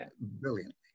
brilliantly